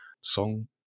Song